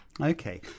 Okay